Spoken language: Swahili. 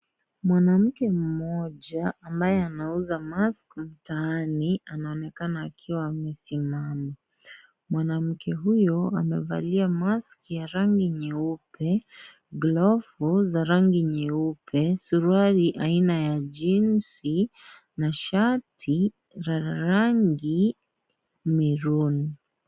Mwanamke mmoja ambaye anauza mask mtaani anaonekana akiwa amesimama. Mwanamke huyo amevalia mask ya rangi nyeupe, glavu za rangi nyeupe, suruali aina ya jeans na shati la rangi maroon .